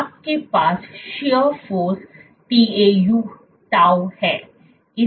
और आपके पास शीयर फोर्स tau है